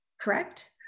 Correct